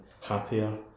happier